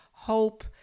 hope